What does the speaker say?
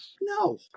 No